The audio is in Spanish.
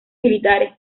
militares